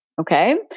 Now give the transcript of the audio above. Okay